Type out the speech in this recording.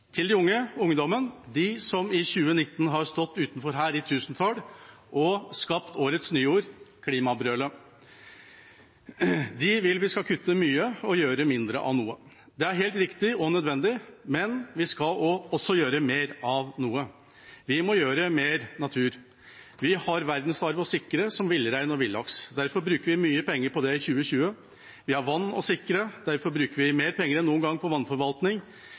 til de unge, ungdommen, de som i 2019 har stått utenfor her i tusentall og skapt årets nyord: klimabrølet. De vil vi skal kutte mye og gjøre mindre av noe. Det er helt riktig og nødvendig, men vi skal også gjøre mer av noe. Vi må gjøre mer på natur. Vi har verdensarv å sikre, som villrein og villaks, derfor bruker vi mye penger på det i 2020. Vi har vann å sikre, derfor bruker vi mer penger enn noen gang på vannforvaltning.